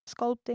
sculpting